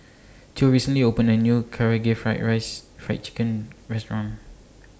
Theo recently opened A New Karaage Fried Rice Fried Chicken Restaurant